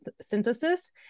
synthesis